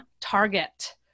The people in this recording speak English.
target